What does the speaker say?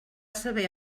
saber